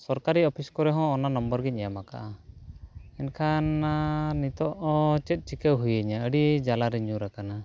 ᱥᱚᱨᱠᱟᱨᱤ ᱠᱚᱨᱮ ᱦᱚᱸ ᱚᱱᱟ ᱜᱮᱧ ᱮᱢ ᱟᱠᱟᱫᱼᱟ ᱮᱱᱠᱷᱟᱱ ᱚᱱᱟ ᱱᱤᱛᱚᱜ ᱪᱮᱫ ᱪᱮᱠᱟ ᱦᱩᱭᱟᱧᱟᱹ ᱟᱹᱰᱤ ᱡᱟᱞᱟᱨᱮᱧ ᱧᱩᱨ ᱟᱠᱟᱱᱟ